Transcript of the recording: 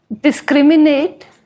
discriminate